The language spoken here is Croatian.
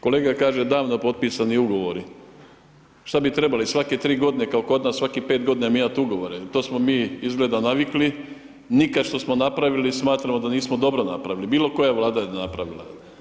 Kolega kaže davno potpisani ugovori, šta bi trebali svake 3 g. kao kod nas svakih 5 g. mijenjati ugovore jer to smo mi izgleda naviknuli, nikad što smo napravili smatramo da nismo dobro napravili, bilokoja Vlada je napravila.